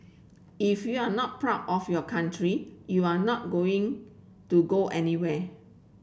if you are not proud of your country you are not going to go anywhere